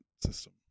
system